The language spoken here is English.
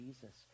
Jesus